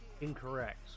Incorrect